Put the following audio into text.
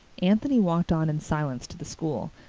anthony walked on in silence to the school,